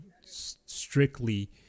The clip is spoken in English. strictly